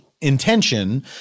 intention